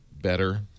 better